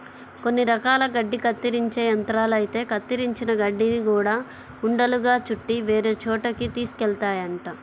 కొన్ని రకాల గడ్డి కత్తిరించే యంత్రాలైతే కత్తిరించిన గడ్డిని గూడా ఉండలుగా చుట్టి వేరే చోటకి తీసుకెళ్తాయంట